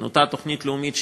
אותה תוכנית לאומית,